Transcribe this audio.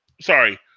Sorry